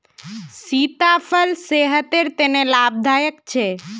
सीताफल सेहटर तने लाभदायक छे